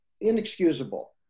inexcusable